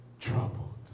troubled